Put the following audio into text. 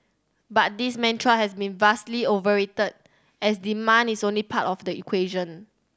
but this mantra has been vastly overstated as demand is only part of the equation